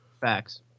Facts